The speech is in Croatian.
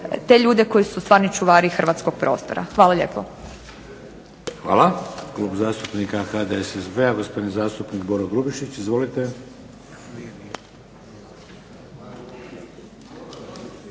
te ljude koji su stvarni čuvari hrvatskog prostora. Hvala lijepo. **Šeks, Vladimir (HDZ)** Hvala. Imamo zastupnika HDSSB-a, gospodin zastupnik Boro Grubišić. Izvolite.